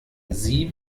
sie